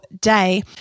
day